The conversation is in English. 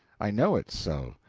i know it's so.